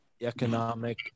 economic